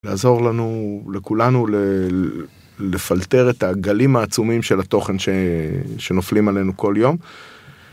לעזור לנו, לכולנו, לפלטר את הגלים העצומים של התוכן שנופלים עלינו כל יום.